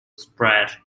spread